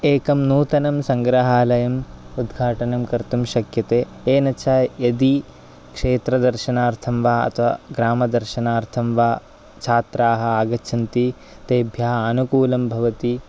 एकं नूतनं सङ्ग्रहालयम् उद्घाटनं कर्तुं शक्यते येन च यदि क्षेत्रदर्शनार्थं वा अथवा ग्रामदर्शनार्थं वा छात्राः आगच्छन्ति तेभ्यः आनुकूलं भवति